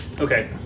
okay